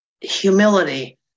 humility